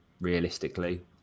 realistically